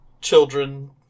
children